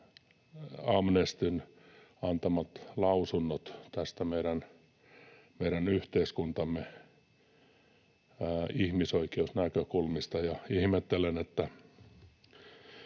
Amnestyn antamat lausunnot meidän yhteiskuntamme ihmisoikeusnäkökulmista. Ihmettelen, että